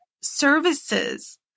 services